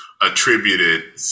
attributed